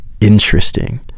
interesting